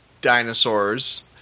dinosaurs